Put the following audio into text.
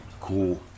cool